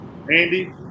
Andy